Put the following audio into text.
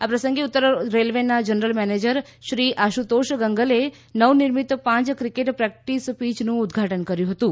આ પ્રસંગે ઉત્તર રેલ્વેનાં જનરલ મેનેજર શ્રી આશુતોષ ગંગલે નવનિર્મિંત પાંચ ક્રિકેટ પ્રેક્ટિસ પીચનું ઉ દ્દઘાટન કર્યું હતું